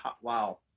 wow